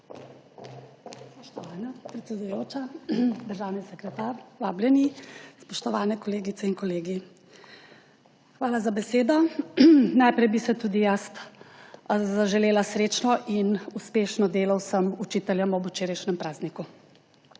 Hvala za besedo. Najprej bi tudi jaz zaželela srečno in uspešno delo vsem učiteljem ob včerajšnjem prazniku.